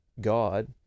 god